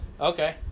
okay